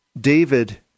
David